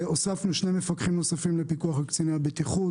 הוספנו 2 מפקחים נוספים לפיקוח וקציני הבטיחות.